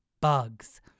bugs